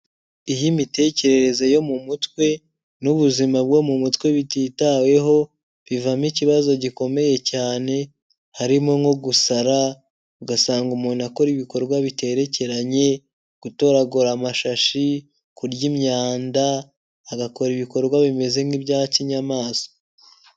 Iyo imitekerereze yo mu mutwe n'ubuzima bwo mu mutwe bititaweho, bivamo ikibazo gikomeye cyane, harimo nko gusara, ugasanga umuntu akora ibikorwa biterekeranye; gutoragura amashashi, kurya imyanda, agakora ibikorwa bimeze nk'ibya kinyamaswa.